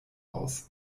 aus